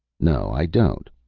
no, i don't,